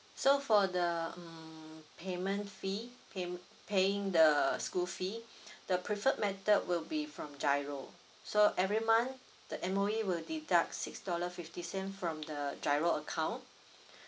so for the hmm payment fee pay paying the school fee the preferred method will be from GIRO so every month the M_O_E will deduct six dollar fifty cent from the GIRO account